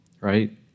right